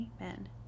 amen